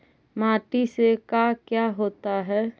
माटी से का क्या होता है?